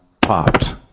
popped